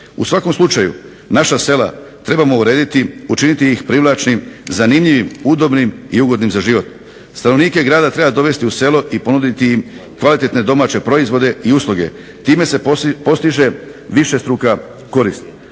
U svakom slučaju naša sela trebamo urediti, učiniti ih privlačnim, zanimljivim, udobnim i ugodnim za život. Stanovnike grada treba dovesti u selo i ponuditi im kvalitetne domaće proizvode i usluge. Time se postiže višestruka korist,